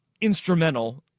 instrumental –